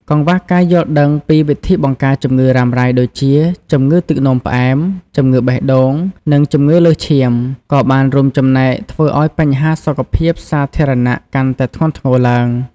កង្វះការយល់ដឹងពីវិធីបង្ការជំងឺរ៉ាំរ៉ៃដូចជា ជំងឺទឹកនោមផ្អែម ជំងឺបេះដូង និងជំងឺលើសឈាម ក៏បានរួមចំណែកធ្វើឱ្យបញ្ហាសុខភាពសាធារណៈកាន់តែធ្ងន់ធ្ងរឡើង។